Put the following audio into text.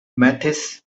mathis